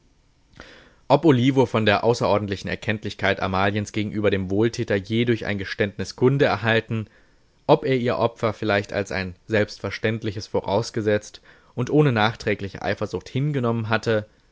ob olivo von der außerordentlichen erkenntlichkeit amaliens gegenüber dem wohltäter je durch ein geständnis kunde erhalten ob er ihr opfer vielleicht als ein selbstverständliches vorausgesetzt und ohne nachträgliche eifersucht hingenommen hatte